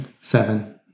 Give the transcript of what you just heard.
Seven